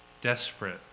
Desperate